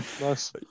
nice